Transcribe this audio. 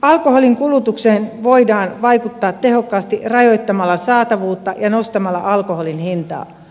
alkoholin kulutukseen voidaan vaikuttaa tehokkaasti rajoittamalla saatavuutta ja nostamalla alkoholin hintaa